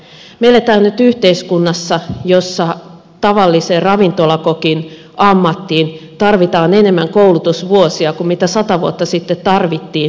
me elämme nyt yhteiskunnassa jossa tavallisen ravintolakokin ammattiin tarvitaan enemmän koulutusvuosia kuin mitä sata vuotta sitten tarvittiin yliopistoprofessorin työhön